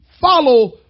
follow